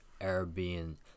Arabian